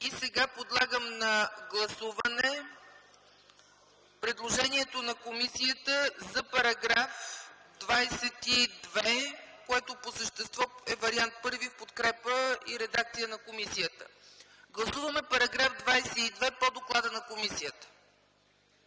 прието. Подлагам на гласуване предложението на комисията за § 22, което по същество е вариант І – в подкрепа редакцията на комисията. Гласуваме § 22 по доклада на комисията.